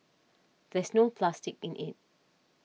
there's no plastic in it